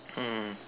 mm